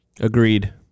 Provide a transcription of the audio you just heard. Agreed